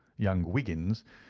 young wiggins,